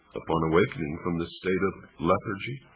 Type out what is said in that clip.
upon awakening from this state of lethargy,